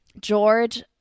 George